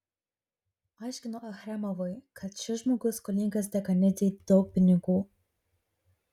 aiškino achremovui kad šis žmogus skolingas dekanidzei daug pinigų